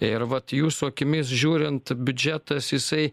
ir vat jūsų akimis žiūrint biudžetas jisai